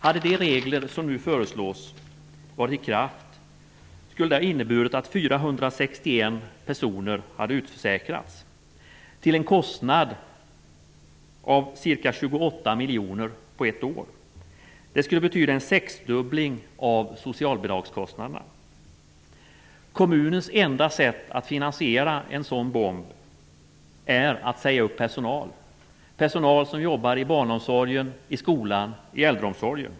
Hade de regler som nu föreslås varit i kraft, skulle det ha inneburit att 461 personer hade utförsäkrats, till en kostnad av ca 28 miljoner på ett år. Det skulle betyda en sexdubbling av socialbidragskostnaderna. Kommunens enda sätt att finansiera en sådan bomb är att säga upp personal i barnomsorg, skola och äldreomsorg.